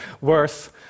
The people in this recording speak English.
worse